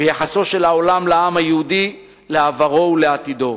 ביחסו של העולם לעם היהודי, לעברו ולעתידו.